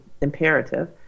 imperative